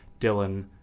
Dylan